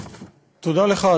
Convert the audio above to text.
תודה לך,